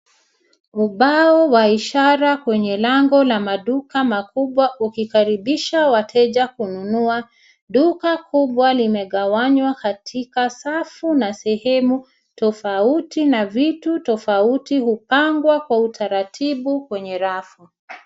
Ubao wa ishara kwenye lango la maduka makubwa ukikaribisha wateja kununua. Duka kubwa limegawanywa katika safu na sehemu tofauti na vitu tofauti upangwa kwa utaratibu kwenye rafu.